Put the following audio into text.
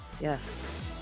Yes